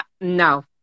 No